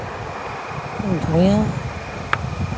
ᱵᱷᱩᱭᱟᱹ